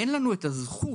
אין לנו את הזכות,